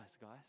guys